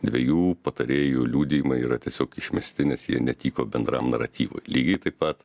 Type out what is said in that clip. dviejų patarėjų liudijimai yra tiesiog išmesti nes jie netiko bendram naratyvui lygiai taip pat